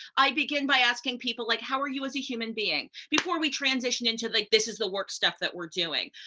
i begin by asking people like how are you as a human being before we transition into like this is the work stuff that we're doing.